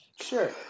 Sure